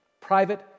private